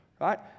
right